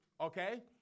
Okay